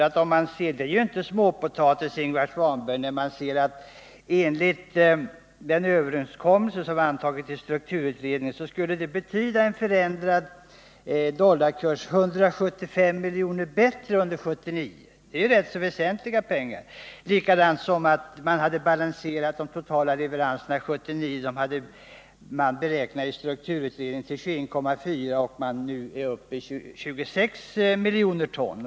Det gäller ju inte småpotatis, Ingvar Svanberg, när man ser att en förändrad dollarkurs enligt antagandet i strukturutredningen skulle betyda ett förbättrat resultat på 175 milj.kr. under 1979. Det är rätt så mycket pengar. Vidare hade man i strukturutredningen beräknat de totala leveranserna för år 1979 till 21,4 miljoner ton, och nu är de uppe i 26 miljoner ton.